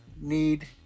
need